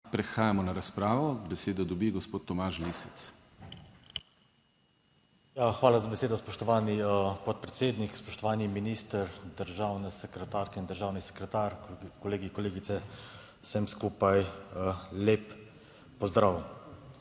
Prehajamo na razpravo. Besedo dobi gospod Tomaž Lisec. **TOMAŽ LISEC (PS SDS):** Hvala za besedo, spoštovani podpredsednik. Spoštovani minister, državne sekretarke in državni sekretar, kolegi, kolegice, vsem skupaj lep pozdrav!